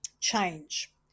change